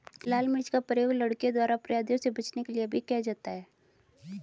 लाल मिर्च का प्रयोग लड़कियों द्वारा अपराधियों से बचने के लिए भी किया जाता है